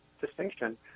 distinction